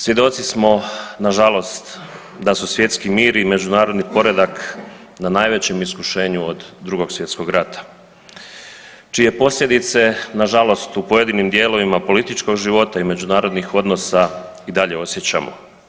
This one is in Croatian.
Svjedoci smo nažalost da su svjetski mir i međunarodni poredak na najvećem iskušenju od Drugog svjetskog rata čije posljedice nažalost u pojedinim dijelovima političkog života i međunarodnih odnosa i dalje osjećamo.